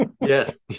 yes